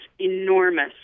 enormous